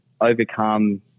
overcome